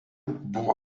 buvo